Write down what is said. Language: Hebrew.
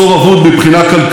נסיגה,